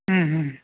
ꯎꯝ